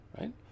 right